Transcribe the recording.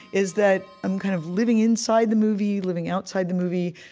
is that i'm kind of living inside the movie, living outside the movie,